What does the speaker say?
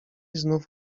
znów